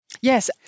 Yes